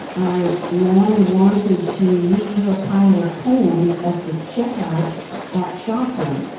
i long wanted to leave a pile of poems at the checkout at shoprite.